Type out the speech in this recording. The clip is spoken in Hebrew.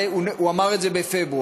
והוא אמר את זה בפברואר.